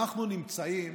אנחנו נמצאים